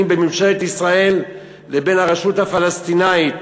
בין ממשלת ישראל לבין הרשות הפלסטינית.